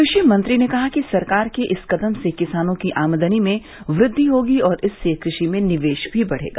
कृषि मंत्री ने कहा कि सरकार के इस कदम से किसानों की आमदनी में वृद्धि होगी और इससे कृषि में निवेश भी बढ़ेगा